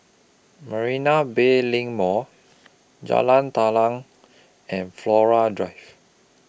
Marina Bay LINK Mall Jalan Telang and Flora Drive